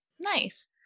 Nice